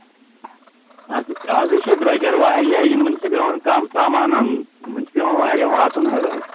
ازٕے چھُ درٛۄجر واریاہ یِمن چھےٚ پٮ۪وان کم سامان انُن یِمن چھُ پٮ۪وان واریاہ واتُن حظ